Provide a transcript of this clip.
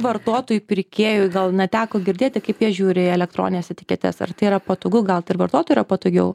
vartotojui pirkėjui gal neteko girdėti kaip jie žiūri į elektronines etiketes ar tai yra patogu gal ir vartotojui yra patogiau